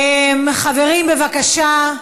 חברים, בבקשה.